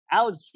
alex